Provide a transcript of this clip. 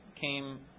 came